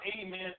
amen